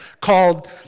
called